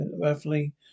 roughly